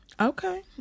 Okay